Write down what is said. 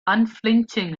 unflinching